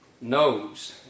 knows